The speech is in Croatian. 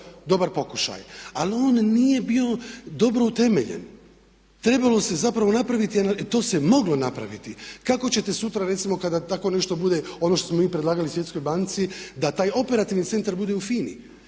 dobar pokušaj. Ali on nije bio dobro utemeljen. Trebalo se zapravo napraviti, to se moglo napraviti. Kako ćete sutra recimo kada takvo nešto bude ono što smo mi predlagali Svjetskoj banci da taj operativni centar bude u